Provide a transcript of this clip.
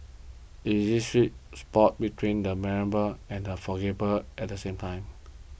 it is sweet spot between the memorable and a forgettable at the same time